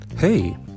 Hey